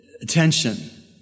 attention